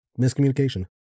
Miscommunication